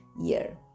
year